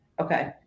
Okay